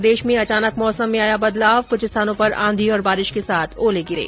प्रदेश में अचानक मौसम में आया बदलाव कृछ स्थानों पर आंधी और बारिश के साथ ओले गिरे